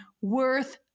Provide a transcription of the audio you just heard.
worth